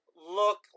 look